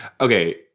Okay